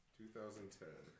2010